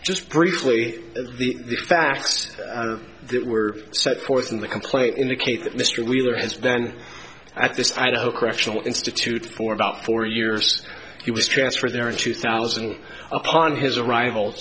just briefly the facts that were set forth in the complaint indicate that mr wheeler has ben at this idaho correctional institute for about four years he was transferred there in two thousand upon his arrival